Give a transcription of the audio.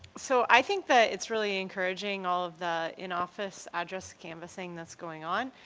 so i think that it's really encouraging, all of the in-office address canvassing that's going on.